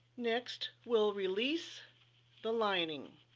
next we'll release the lining